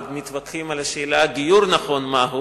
עוד מתווכחים על השאלה של גיור נכון מהו.